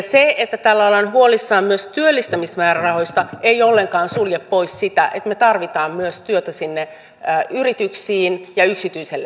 se että täällä ollaan huolissaan myös työllistämismäärärahoista ei ollenkaan sulje pois sitä että me tarvitsemme työtä myös sinne yrityksiin ja yksityiselle sektorille